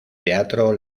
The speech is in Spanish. teatro